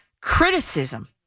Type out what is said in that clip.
criticism